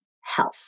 health